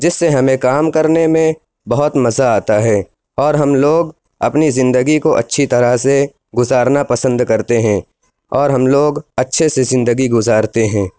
جس سے ہمیں کام کرنے میں بہت مزا آتا ہے اور ہم لوگ اپنی زندگی کو اچھی طرح سے گُزارنا پسند کرتے ہیں اور ہم لوگ اچھے سے زندگی گُزارتے ہیں